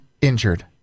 injured